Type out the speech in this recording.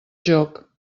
joc